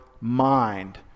mind